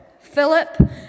Philip